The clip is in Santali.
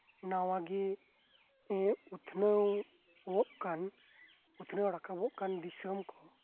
ᱱᱟᱶᱟ ᱜᱮ ᱮᱫ ᱩᱛᱱᱟᱹᱣᱚᱜ ᱠᱟᱱ ᱩᱛᱱᱟᱹᱣ ᱨᱟᱠᱟᱵᱚᱜ ᱠᱟᱱ ᱫᱤᱥᱚᱢ ᱠᱚ